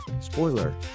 Spoiler